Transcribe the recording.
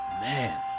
man